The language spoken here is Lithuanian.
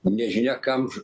nežinia kam